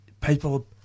people